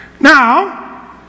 Now